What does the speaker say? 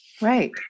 Right